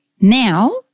now